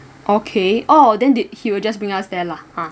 okay oh then did he will just bring us there lah ah